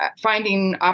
Finding